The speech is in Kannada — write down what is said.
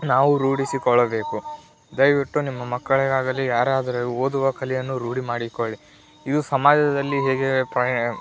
ನಾವು ರೂಢಿಸಿಕೊಳ್ಳಬೇಕು ದಯವಿಟ್ಟು ನಿಮ್ಮ ಮಕ್ಕಳಿಗಾಗಲಿ ಯಾರಾದರೂ ಓದುವ ಕಲೆಯನ್ನು ರೂಢಿಮಾಡಿಕೊಳ್ಳಿ ಇದು ಸಮಾಜದಲ್ಲಿ ಹೇಗೆ ಪಯ್